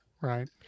Right